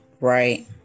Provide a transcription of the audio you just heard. Right